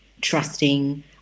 trusting